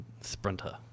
sprinter